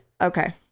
Okay